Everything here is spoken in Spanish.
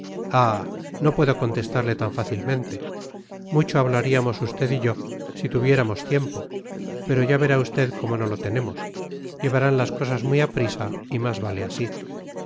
no puedo contestarle tan fácilmente mucho hablaríamos usted y yo si tuviéramos tiempo pero ya verá usted cómo no lo tenemos llevarán las cosas muy aprisa y más vale así